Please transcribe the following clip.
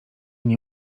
nie